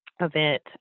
event